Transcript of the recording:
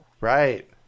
right